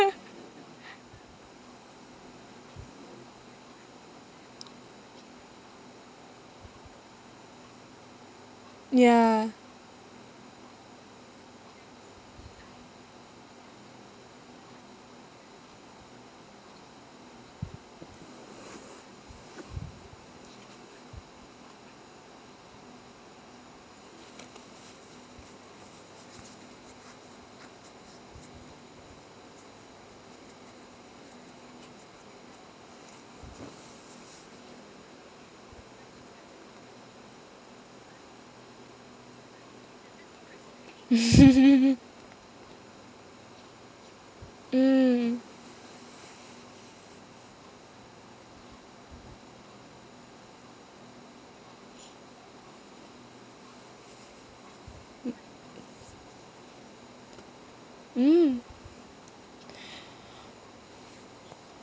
ya mm mm mm